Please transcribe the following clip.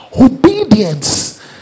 Obedience